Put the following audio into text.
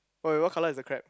wait what colour is the crab